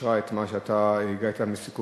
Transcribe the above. אישרה את מה שהגעת אליו בסיכומים,